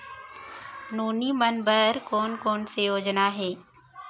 नोनी मन बर कोन कोन स योजना हे?